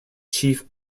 chief